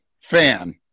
fan